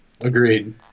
agreed